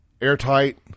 airtight